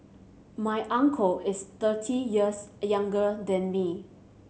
my uncle is thirty years younger than me